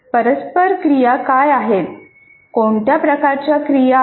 परस्पर क्रिया काय आहेत कोणत्या प्रकारच्या क्रिया आहेत